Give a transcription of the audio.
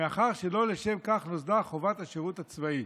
מאחר שלא לשם כך נוסדה חובת השירות הצבאי.